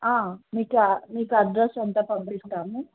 మీకు మీకు అడ్రస్ అంత పంపిస్తాను